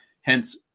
Hence